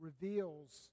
reveals